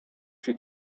she